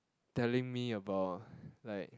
telling me about like